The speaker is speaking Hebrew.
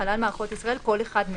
"חלל מערכות ישראל" כל אחד מאלה: